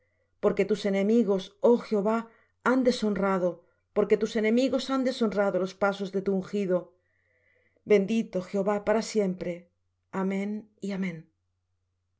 porque tus enemigos oh jehová han deshonrado porque tus enemigos han deshonrado los pasos de tu ungido bendito jehová para siempre amén y amén